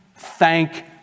Thank